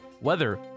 weather